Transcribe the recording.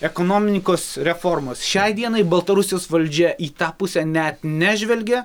ekonomnikos reformos šiai dienai baltarusijos valdžia į tą pusę net nežvelgia